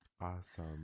Awesome